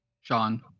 Sean